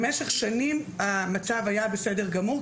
במשך שנים המצב היה בסדר גמור,